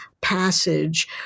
Passage